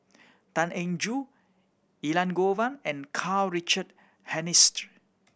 Tan Eng Joo Elangovan and Karl Richard Hanitsch